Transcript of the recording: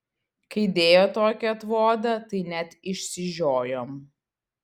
kai dėjo tokį atvodą tai net išsižiojom